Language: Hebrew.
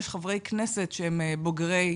יש חברי כנסת שהם בוגרי היל"ה.